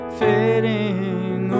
fading